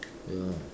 ya